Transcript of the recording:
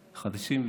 החדשים,